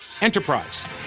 enterprise